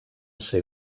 ser